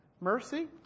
Mercy